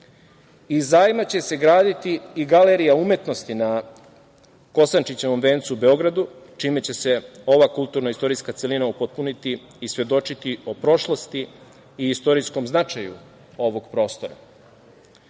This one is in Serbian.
Iz zajma će se graditi i Galerija umetnosti na Kosančićevom vencu u Beogradu, čime će se ova kulturno-istorijska celina upotpuniti i svedočiti o prošlosti i istorijskom značaju ovog prostora. Nisu